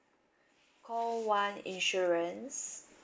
call one insurance